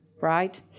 Right